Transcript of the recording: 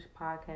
podcast